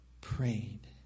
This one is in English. prayed